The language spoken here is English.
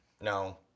No